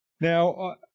Now